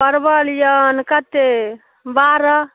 परवल अइ ने कतेक बारह